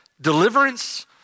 deliverance